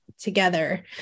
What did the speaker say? together